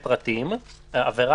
למשל,